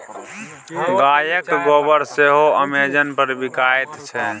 गायक गोबर सेहो अमेजन पर बिकायत छै